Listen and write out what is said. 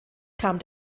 kam